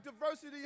diversity